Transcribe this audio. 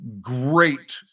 great